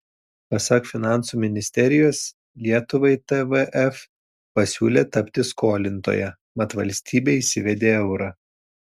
pasak finansų ministerijos lietuvai tvf pasiūlė tapti skolintoja mat valstybė įsivedė eurą